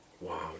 Wow